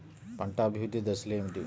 పంట అభివృద్ధి దశలు ఏమిటి?